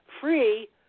free